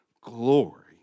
Glory